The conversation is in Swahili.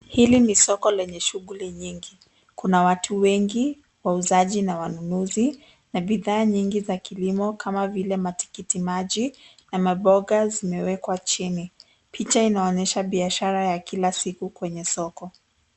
Hili ni soko lenye shughuli nyingi. Kuna watu wengi, wauzaji na wanunuzi na bidhaa nyingi za kilimo kama vile tikitimaji na mamboga zimewekwa chini. Picha inaonyesha biashara ya kila siku kwenye soko.